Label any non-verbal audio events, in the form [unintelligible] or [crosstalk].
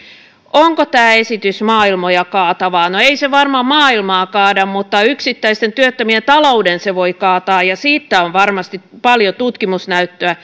onko tämä esitys maailmoja kaatava no ei se varmaan maailmaa kaada mutta yksittäisten työttömien talouden se voi kaataa ja siitä on varmasti paljon tutkimusnäyttöä [unintelligible]